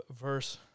verse